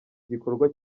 gikorwa